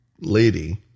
lady